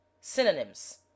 Synonyms